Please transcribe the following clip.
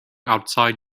outside